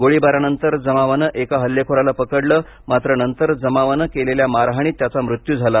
गोळीबारानंतर जमावाने एका हल्लेखोराला पकडलं मात्र नंतर जमावानं केलेल्या मारहाणीत त्याचा मृत्यू झाला